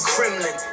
Kremlin